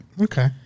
okay